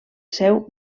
seu